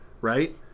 right